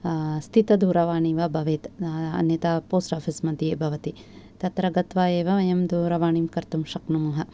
स्थितदूरवाणी वा भवेत् अन्यथा पोस्ट् आफीस् मध्ये भवति तत्र गत्वा एव वयं दूरवाणीं कर्तुं शक्नुम